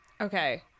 Okay